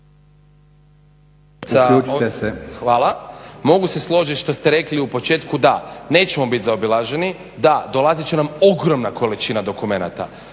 hvala, mogu se složiti što ste rekli u početku da nećemo biti zaobilaženi, da dolaziti će nam ogromna količina dokumenata,